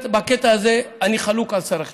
בקטע הזה אני חלוק על שר החינוך.